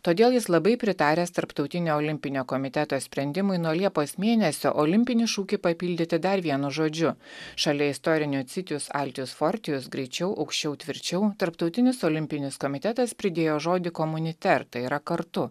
todėl jis labai pritaręs tarptautinio olimpinio komiteto sprendimui nuo liepos mėnesio olimpinį šūkį papildyti dar vienu žodžiu šalia istorinio citius altius fortius greičiau aukščiau tvirčiau tarptautinis olimpinis komitetas pridėjo žodį comuniter tai yra kartu